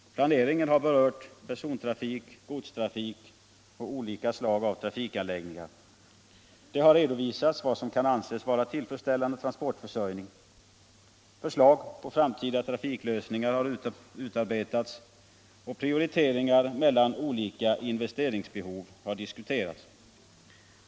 Planeringen berör persontrafik, godstrafik och olika slag av trafikanläggningar. Det har redovisats vad som kan anses vara tillfredsställande transportförsörjning. Förslag till framtida trafiklösningar har utarbetats och prioriteringar mellan olika investeringsbehov har diskuterats.